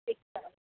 एक तरफ